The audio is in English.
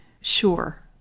sure